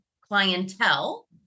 clientele